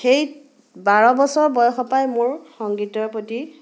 সেই বাৰ বছৰ বয়সৰ পৰাই মোৰ সংগীতৰ প্ৰতি